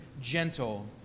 gentle